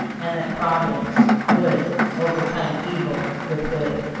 and that providence would overcome evil with good.